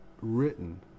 written